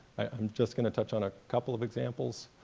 i'm just going to touch on a couple of examples.